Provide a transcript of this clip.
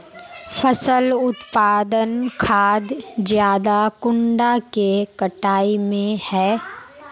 फसल उत्पादन खाद ज्यादा कुंडा के कटाई में है?